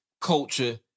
culture